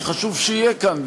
שחשוב שיהיה כאן,